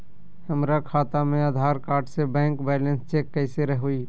हमरा खाता में आधार कार्ड से बैंक बैलेंस चेक कैसे हुई?